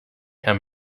herr